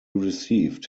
received